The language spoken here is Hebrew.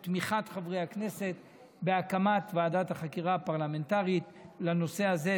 את תמיכת חברי הכנסת בהקמת ועדת החקירה הפרלמנטרית לנושא הזה.